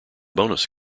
bonus